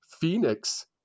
Phoenix